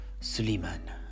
Suleiman